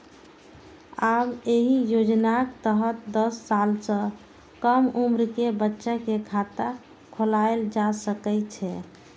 आब एहि योजनाक तहत दस साल सं कम उम्र के बच्चा के खाता खोलाएल जा सकै छै